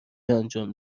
انجام